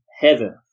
heaven